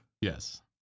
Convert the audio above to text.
Yes